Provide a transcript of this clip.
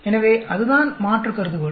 எனவே அதுதான் மாற்று கருதுகோள்